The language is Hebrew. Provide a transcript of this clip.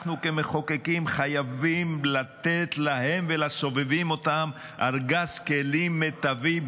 אנחנו כמחוקקים חייבים לתת להם ולסובבים אותם ארגז כלים מיטבי,